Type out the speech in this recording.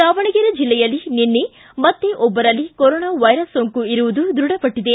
ದಾವಣಗೆರೆ ಜಿಲ್ಲೆಯಲ್ಲಿ ನಿನ್ನೆ ಮತ್ತೆ ಒಬ್ಬರಲ್ಲಿ ಕೊರೋನಾ ವೈರಸ್ ಸೋಂಕು ಇರುವುದು ದೃಢಪಟ್ಟದೆ